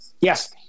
Yes